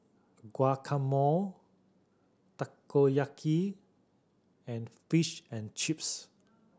Guacamole Takoyaki and Fish and Chips